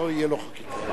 תוכנית בתיאוריה?